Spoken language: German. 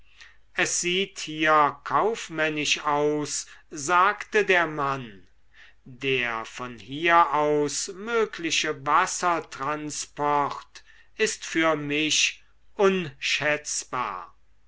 es sieht hier kaufmännisch aus sagte der mann der von hier aus mögliche wassertransport ist für mich unschätzbar